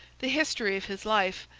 the history of his life,